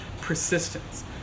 persistence